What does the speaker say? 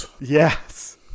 Yes